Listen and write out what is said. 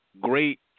great